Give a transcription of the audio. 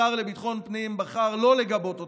השר לביטחון הפנים בחר לא לגבות אותם,